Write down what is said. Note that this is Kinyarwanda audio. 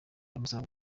bamusaba